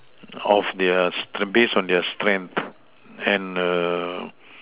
of their it's based on their strength and the